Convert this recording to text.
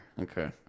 Okay